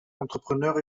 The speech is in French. entrepreneurs